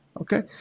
okay